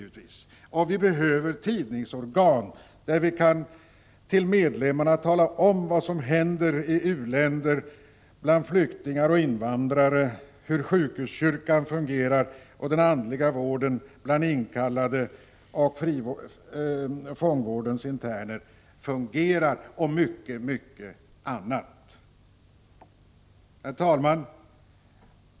Vi behöver tidningsorgan där vi för medlemmarna kan tala om vad som händer i u-länder, bland flyktingar och invandrare, hur sjukhuskyrkan och den andliga vården bland inkallade och fångvårdens interner fungerar och mycket annat. Herr talman!